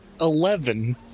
Eleven